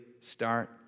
start